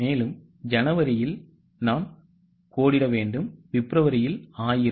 எனவே ஜனவரியில் கோடு பிப்ரவரியில் 1000